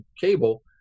cable